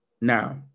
Now